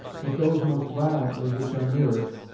but those most violently which are nearest,